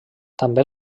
també